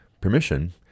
permission